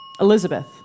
Elizabeth